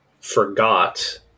forgot